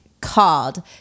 called